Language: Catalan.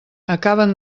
acaben